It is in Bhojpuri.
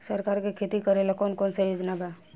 सरकार के खेती करेला कौन कौनसा योजना बा?